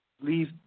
leave